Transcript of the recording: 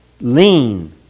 lean